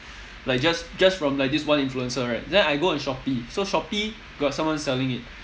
like just just from like this one influencer right then I go on shopee so shopee got someone selling it